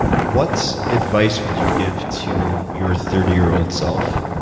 what advice would you give to your thirty year old self?